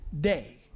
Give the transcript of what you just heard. day